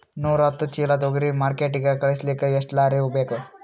ನೂರಾಹತ್ತ ಚೀಲಾ ತೊಗರಿ ಮಾರ್ಕಿಟಿಗ ಕಳಸಲಿಕ್ಕಿ ಎಷ್ಟ ಲಾರಿ ಬೇಕು?